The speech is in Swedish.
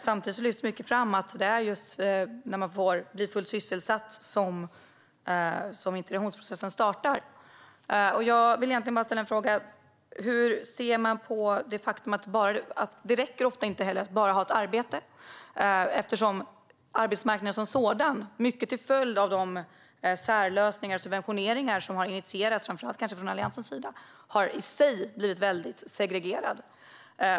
Samtidigt lyfts det fram starkt att det är just när man blir fullt sysselsatt som integrationsprocessen startar. Jag vill egentligen bara ställa en fråga. Hur ser man på det faktum att det ofta inte räcker att bara ha ett arbete? Arbetsmarknaden som sådan har ju, mycket till följd av de särlösningar och subventioneringar som har initierats, framför allt kanske från Alliansens sida, i sig blivit mycket segregerad.